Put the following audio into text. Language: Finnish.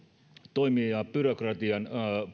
toimia byrokratian